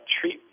treat